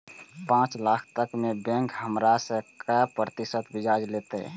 पाँच लाख तक में बैंक हमरा से काय प्रतिशत ब्याज लेते?